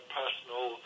personal